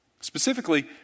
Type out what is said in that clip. specifically